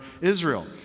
Israel